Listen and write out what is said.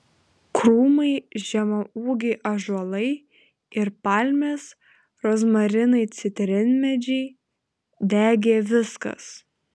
krūmai žemaūgiai ąžuolai ir palmės rozmarinai citrinmedžiai degė viskas